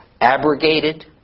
abrogated